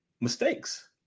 mistakes